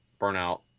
Burnout